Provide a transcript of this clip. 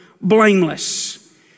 blameless